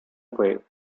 fue